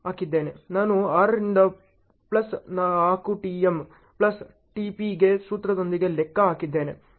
ನಾನು 6 ರಿಂದ plus 4 TM plus TP ಗೆ ಸೂತ್ರದೊಂದಿಗೆ ಲೆಕ್ಕ ಹಾಕಿದ್ದೇನೆ